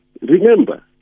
remember